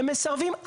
הם מסרבים.